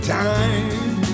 time